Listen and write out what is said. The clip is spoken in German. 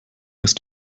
ist